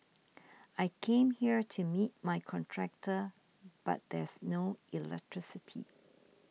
I came here to meet my contractor but there's no electricity